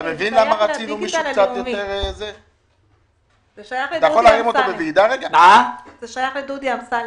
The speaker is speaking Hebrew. אתה מבין למה רצינו מישהו קצת יותר --- זה שייך לדודי אמסלם,